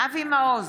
אבי מעוז,